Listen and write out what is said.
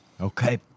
Okay